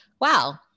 wow